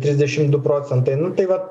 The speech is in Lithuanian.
trisdešim du procentai nu tai va